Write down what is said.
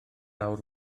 awr